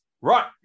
right